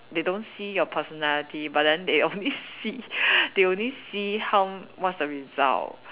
they don't see your personality but then they only see they only see how what's the result